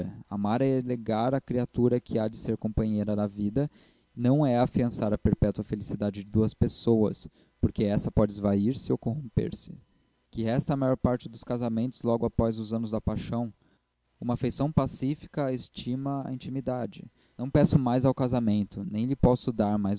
amar é eleger a criatura que há de ser companheira na vida não é afiançar a perpétua felicidade de duas pessoas porque essa pode esvair se ou corromper se que resta à maior parte dos casamentos logo após os anos de paixão uma afeição pacífica a estima a intimidade não peço mais ao casamento nem lhe posso dar mais